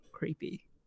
creepy